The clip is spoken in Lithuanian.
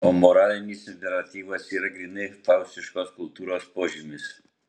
o moralinis imperatyvas yra grynai faustiškos kultūros požymis